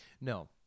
No